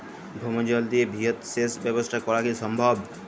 ভৌমজল দিয়ে বৃহৎ সেচ ব্যবস্থা করা কি সম্ভব?